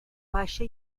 baixa